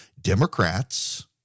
Democrats